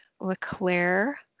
LeClaire